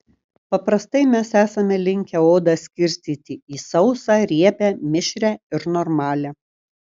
paprastai mes esame linkę odą skirstyti į sausą riebią mišrią ir normalią